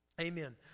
Amen